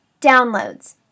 downloads